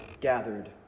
gathered